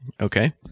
Okay